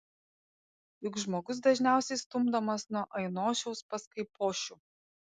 juk žmogus dažniausiai stumdomas nuo ainošiaus pas kaipošių